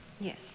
Yes